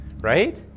Right